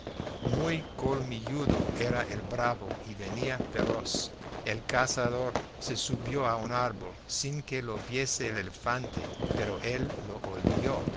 muy colmilludo era el bravo y venía feroz el cazador se subió a un árbol sin que lo viese el elefante pero él lo olió